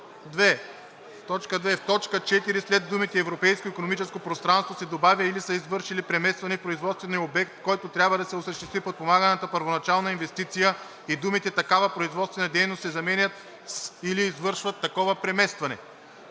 т. 4 след думите „Европейското икономическо пространство“ се добавя „или са извършили преместване в производствения обект, в който трябва да се осъществи подпомаганата първоначална инвестиция“ и думите „такава производствена дейност“ се заменят с „или извършат такова преместване“.“